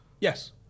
Yes